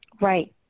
Right